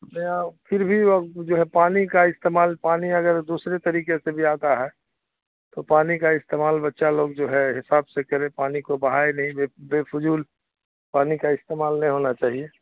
نیا پھر بھی اب جو ہے پانی کا استعمال پانی اگر دوسرے طریقے سے بھی آتا ہے تو پانی کا استعمال بچہ لوگ جو ہے حساب سے کرے پانی کو بہائے نہیں بے بے فضول پانی کا استعمال نہیں ہونا چاہیے